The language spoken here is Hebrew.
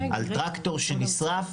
על טרקטור שנשרף,